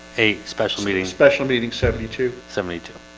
a special meeting special meeting seventy two seventy two